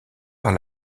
par